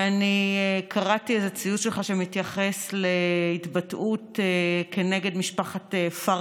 וקראתי איזה ציוץ שלך שמתייחס להתבטאות כנגד משפחת פרקש.